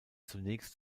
zunächst